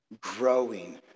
growing